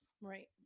Right